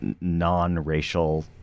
non-racial